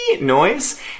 noise